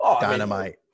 Dynamite